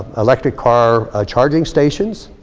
electric car charging stations.